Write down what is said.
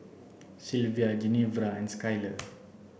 Silvia Genevra and Skyler